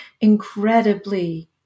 incredibly